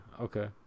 okay